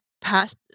past